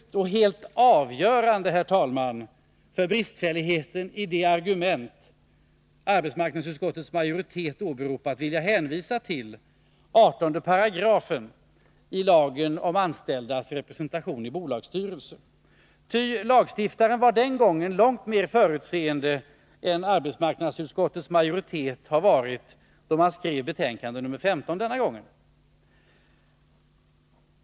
Till slut vill jag, för att belysa bristfälligheten i de argument som arbetsmarknadsutskottets majoritet åberopar, hänvisa till 18 § i lagen om anställdas representation i bolagsstyrelser. Lagstiftaren var nämligen långt mer förutseende än arbetsmarknadsutskottets majoritet varit då man skrev betänkande 15 denna gång.